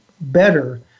better